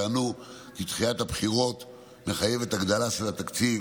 טענו כי דחיית הבחירות מחייבת הגדלה של התקציב.